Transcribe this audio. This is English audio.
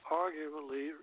arguably